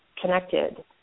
connected